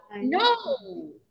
no